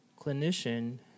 clinician